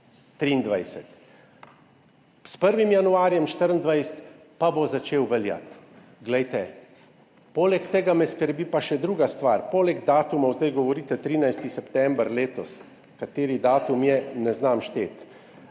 2023, s 1. januarjem 2024 pa bo začel veljati. Poleg tega me skrbi pa še druga stvar. Poleg datumov, zdaj govorite 13. september letos, kateri datum je, ne znam šteti,